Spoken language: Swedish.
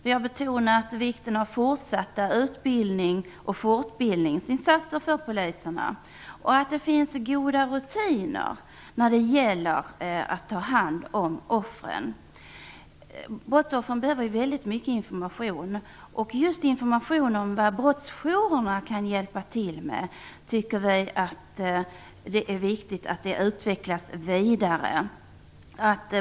Jag vill betona vikten av fortsatta utbildnings och fortbildningsinsatser för poliserna. Det skall finnas goda rutiner när det gäller att ta hand om offren. Brottsoffren behöver väldigt mycket information. Vi tycker det är viktigt att just informationen om vad brottsjourerna kan hjälpa till med utvecklas vidare.